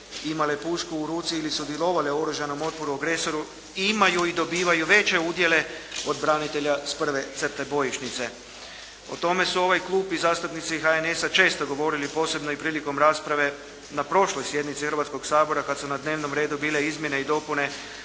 imale pušku u ruci ili sudjelovale u oružanom otporu agresoru imaju i dobivaju veće udjele od branitelja s prve crte bojišnice. O tome su ovaj klub i zastupnici HNS-a često govorili posebno i prilikom rasprave na prošloj sjednici Hrvatskoga sabora kad su na dnevnom redu bile izmjene i dopune